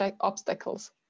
obstacles